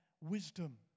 wisdom